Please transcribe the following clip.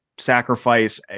sacrifice